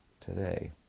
today